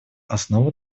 основа